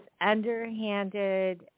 underhanded